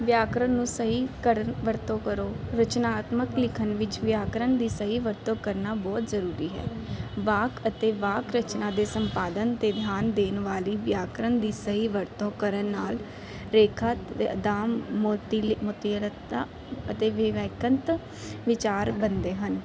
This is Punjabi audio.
ਵਿਆਕਰਨ ਨੂੰ ਸਹੀ ਕਰਨ ਵਰਤੋਂ ਕਰੋ ਰਚਨਾਤਮਕ ਲਿਖਣ ਵਿੱਚ ਵਿਆਕਰਨ ਦੀ ਸਹੀ ਵਰਤੋਂ ਕਰਨਾ ਬਹੁਤ ਜ਼ਰੂਰੀ ਹੈ ਵਾਕ ਅਤੇ ਵਾਕ ਰਚਨਾ ਦੇ ਸੰਪਾਦਨ ਅਤੇ ਧਿਆਨ ਦੇਣ ਵਾਲੀ ਵਿਆਕਰਨ ਦੀ ਸਹੀ ਵਰਤੋਂ ਕਰਨ ਨਾਲ ਰੇਖਾ ਦਾਮ ਮੋਤੀਲ ਮੋਤੀਲਤਾ ਅਤੇ ਵੀ ਵੈਕਨਤ ਵਿਚਾਰ ਬਣਦੇ ਹਨ